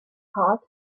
hot